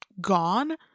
gone